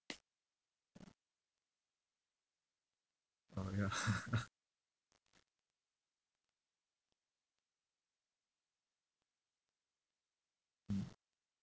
orh ya mm